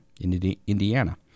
indiana